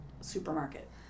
supermarket